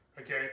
Okay